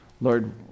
Lord